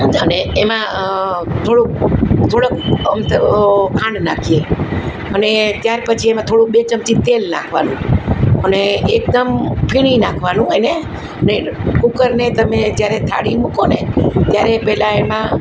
અને એમાં થોડુંક થોડોક અમથો ખાંડ નાખીએ અને ત્યારપછી એમાં થોડુંક બે ચમચી તેલ નાખવાનું અને એકદમ ફીણી નાખવાનું એને અને કુકરને તમે જ્યારે થાળી મૂકો ને ત્યારે પહેલાં એમાં